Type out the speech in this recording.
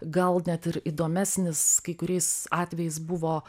gal net ir įdomesnis kai kuriais atvejais buvo